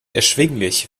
erschwinglich